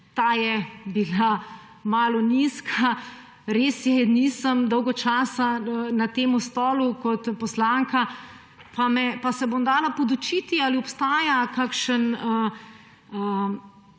Ta je bila malo nizka. Res je, nisem dolgo časa na temu stolu kot poslanka, pa se bom dala podučiti, ali obstaja kakšen